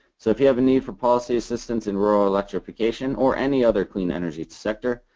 so if you have a need for policy assistance in rural electrification or any other clean energy sector,